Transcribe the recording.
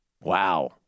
Wow